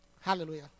Hallelujah